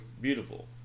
beautiful